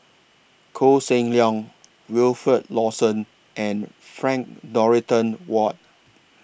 Koh Seng Leong Wilfed Lawson and Frank Dorrington Ward